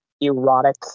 erotic